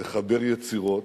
מחבר יצירות.